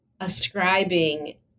Ascribing